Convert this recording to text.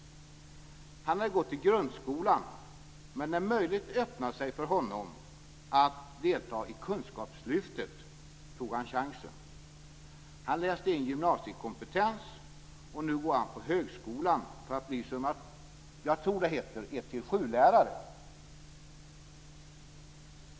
Han hade gått i grundskolan, men när möjligheten öppnade sig för honom att delta i Kunskapslyftet tog han chansen. Han läste in gymnasiekompetens, och nu går han på högskolan för att bli det som jag tror heter 1-7-lärare.